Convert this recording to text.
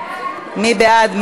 מי בעד?